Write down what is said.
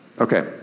Okay